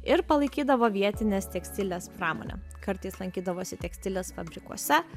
ir palaikydavo vietinės tekstilės pramonę kartais lankydavosi tekstilės fabrikuose